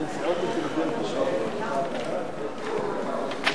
ההזדמנויות בעבודה (תיקון,